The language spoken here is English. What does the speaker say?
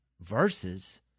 verses